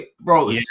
Bro